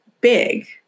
big